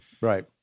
Right